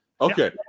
Okay